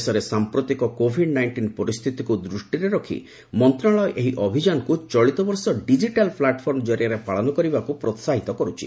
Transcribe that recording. ଦେଶରେ ସାଂପ୍ରତିକ Covid nineteen ପରିସ୍ଥିତିକୁ ଦୂଷ୍ଟିରେ ରଖି ମନ୍ତ୍ରଣାଳୟ ଏହି ଚଳିତବର୍ଷ ଅଭିଯାନକୁ ଡିଜିଟାଲ୍ ପ୍ଲାଟଫର୍ମ କରିଆରେ ପାଳନ କରିବାକୁ ପ୍ରୋସାହିତ କରୁଛି